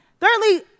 Thirdly